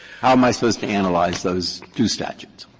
how am i supposed to analyze those two statutes?